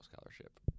scholarship